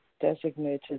designated